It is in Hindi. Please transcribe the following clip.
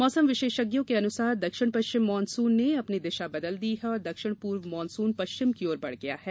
मौसम विशेषज्ञों के अनुसार दक्षिण पश्चिम मानसून ने अपनी दिशा बदल दी है और दक्षिण पूर्व मानसून पश्चिम की ओर बढ़ गया है